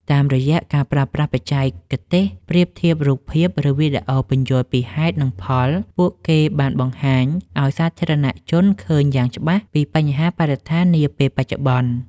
តាមរយៈការប្រើប្រាស់បច្ចេកទេសប្រៀបធៀបរូបភាព ឬវីដេអូពន្យល់ពីហេតុ និងផល ពួកគេបានបង្ហាញឱ្យសាធារណជនឃើញយ៉ាងច្បាស់ពីបញ្ហាបរិស្ថាននាពេលបច្ចុប្បន្ន។